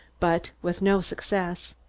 but with no success.